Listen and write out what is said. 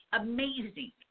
amazing